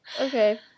Okay